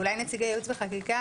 אולי נציגי ייעוץ וחקיקה,